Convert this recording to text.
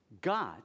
God